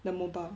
the mobile